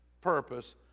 purpose